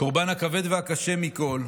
לקורבן הכבד והקשה מכול,